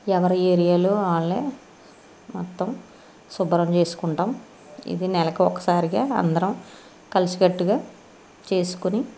ఎవరి ఏరియాలో వాళ్ళే మొత్తం శుభ్రం చేసుకుంటాము ఇది నెలకు ఒకసారిగా అందరం కలిసికట్టుగా చేసుకుని